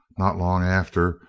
not long after,